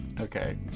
Okay